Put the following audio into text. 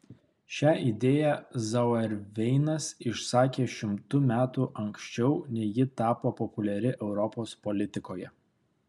šią idėją zauerveinas išsakė šimtu metų anksčiau nei ji tapo populiari europos politikoje